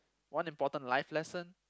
one important life lesson